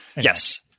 Yes